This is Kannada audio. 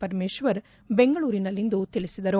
ಪರಮೇಶ್ವರ್ ಬೆಂಗಳೂರಿನಲ್ಲಿಂದು ತಿಳಿಸಿದರು